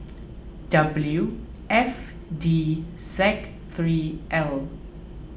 W F D Z three L